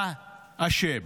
אתה אשם.